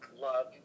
love